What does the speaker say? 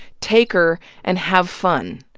take her, and have fun.